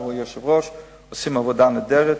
עושים עבודה נהדרת